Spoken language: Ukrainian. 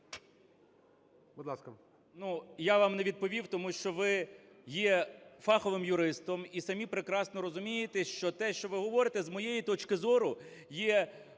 Будь ласка.